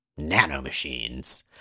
Nanomachines